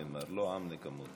נאמר, לא "עם נקמות".